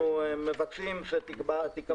שתהיה שווה למכסה האישית לייצור ביצי מאכל